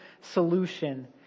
solution